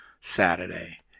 Saturday